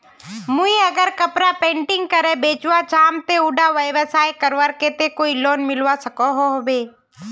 मुई अगर कपड़ा पेंटिंग करे बेचवा चाहम ते उडा व्यवसाय करवार केते कोई लोन मिलवा सकोहो होबे?